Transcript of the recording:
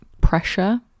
pressure